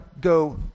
go